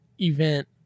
event